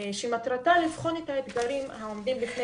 שמטרתה לבחון את האתגרים העומדים בפני